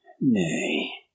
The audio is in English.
Nay